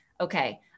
okay